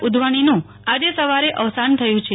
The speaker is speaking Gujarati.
ઉધવાનીનું આજે સવારે અવસાન થયુ છે